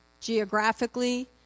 geographically